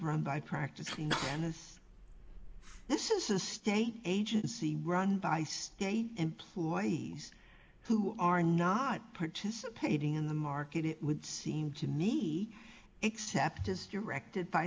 run by practice not anything this is a state agency run by state employees who are not participating in the market it would seem to me except as directed by